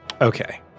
Okay